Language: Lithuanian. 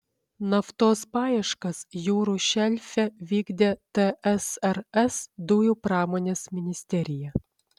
naftos paieškas jūrų šelfe vykdė tsrs dujų pramonės ministerija